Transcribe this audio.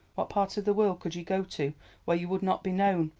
what part of the world could you go to where you would not be known?